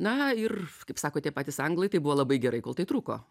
na ir kaip sako tie patys anglai tai buvo labai gerai kol tai truko